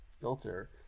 filter